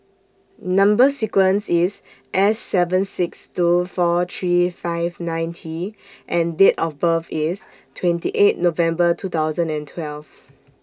Number sequence IS S seven six two four three five nine T and Date of birth IS twenty eight November two thousand and twelve